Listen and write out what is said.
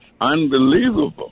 Unbelievable